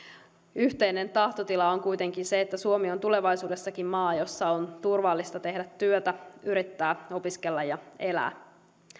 yhteinen tahtotila on kuitenkin se että suomi on tulevaisuudessakin maa jossa on turvallista tehdä työtä yrittää opiskella ja elää